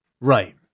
Right